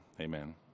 Amen